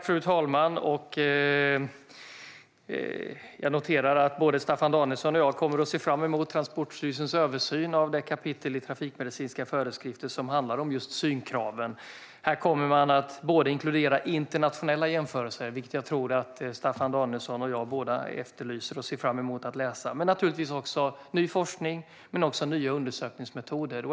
Fru talman! Jag noterar att både Staffan Danielsson och jag kommer att se fram emot Transportstyrelsens översyn av det kapitel i trafikmedicinska föreskrifter som handlar om just synkraven. Här kommer man att inkludera internationella jämförelser, vilket jag tror att både Staffan Danielsson och jag efterlyser och ser fram emot att läsa, ny forskning och nya undersökningsmetoder.